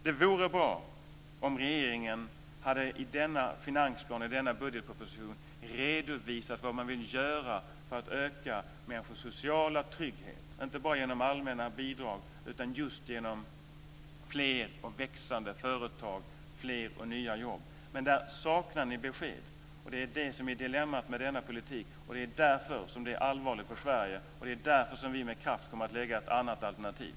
Det vore bra om regeringen i denna finansplan, i denna budgetproposition, hade redovisat vad man vill göra för att öka människors sociala trygghet. Det är inte bara fråga om allmänna bidrag utan just med hjälp av fler och växande företag, fler och nya jobb. Där saknar ni besked. Det är det som är dilemmat med denna politik. Det är därför som läget är allvarligt för Sverige, och det är därför som vi med kraft kommer att lägga fram ett annat alternativ.